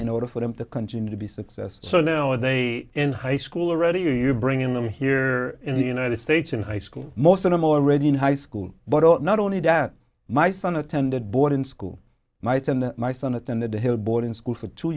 in order for them to continue to be success so now are they in high school already are you bringing them here in the united states in high school most of them already in high school but not only that my son attended boarding school might and my son attended the hill boarding school for two